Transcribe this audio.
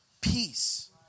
peace